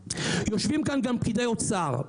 יושבים כאן גם פקידי אוצר,